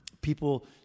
people